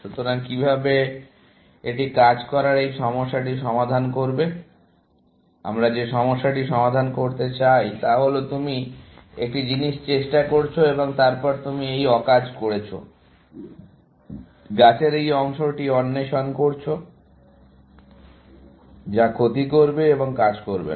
সুতরাং কিভাবে একটি কাজ করার এই সমস্যাটি সমাধান করবে আমরা যে সমস্যাটি সমাধান করতে চাই তা হল তুমি একটি জিনিস চেষ্টা করছো এবং তারপর তুমি এই অকাজ করেছো গাছের এই অংশটি অন্বেষণ করছো যা ক্ষতি করবে এবং কাজ করবে না